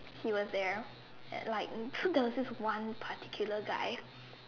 he was there at like so there was this one particular guy